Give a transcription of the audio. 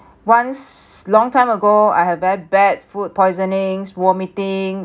once long time ago I have a very bad food poisonings vomiting